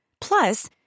Plus